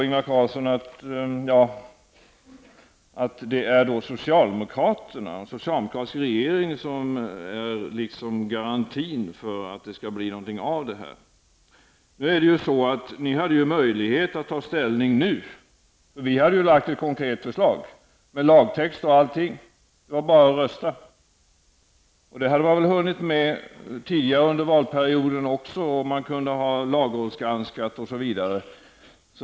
Ingvar Carlsson säger att det är socialdemokraterna och en socialdemokratisk regering som är en garanti för att det skall bli något av detta. Men ni hade faktiskt möjlighet att ta ställning nu. Vi hade nämligen lagt ett konkret förslag -- med lagtext och allt. Det var bara att rösta. Det hade man väl hunnit med tidigare under perioden också. Man hade kunnat lagrådsgranska osv.